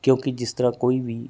ਕਿਉਂਕਿ ਜਿਸ ਤਰਾਂ ਕੋਈ ਵੀ